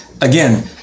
again